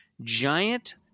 giant